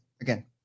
again